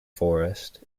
forest